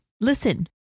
listen